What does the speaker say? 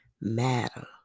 matter